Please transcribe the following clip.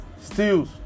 steals